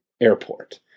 airport